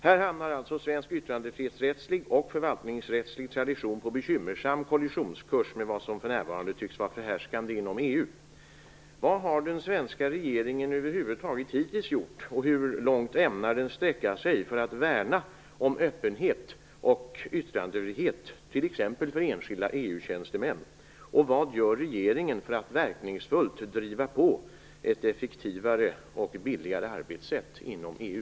Här hamnar alltså svensk yttrandefrihetsrättslig och förvaltningsrättslig tradition på bekymmersam kollissionskurs med vad som för närvarande tycks vara förhärskande inom EU. Vad har den svenska regeringen över huvud taget gjort hittills och hur långt ämnar den sträcka sig för att värna om öppenhet och yttrandefrihet, t.ex. för enskilda EU-tjänstemän? Vad gör regeringen för att verkningsfullt driva på ett effektivare och billigare arbetssätt inom EU?